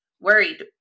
worried